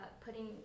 putting